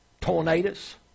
Tornadoes